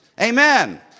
amen